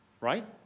right